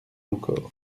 encore